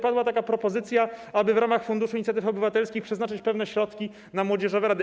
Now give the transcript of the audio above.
Padła tutaj propozycja, aby w ramach Funduszu Inicjatyw Obywatelskich przeznaczyć pewne środki na młodzieżowe rady.